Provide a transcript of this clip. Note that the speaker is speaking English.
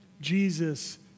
Jesus